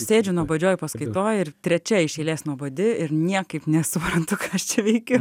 sėdžiu nuobodžioj paskaitoj ir trečia iš eilės nuobodi ir niekaip nesuprantu ką aš čia veikiu